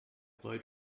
blow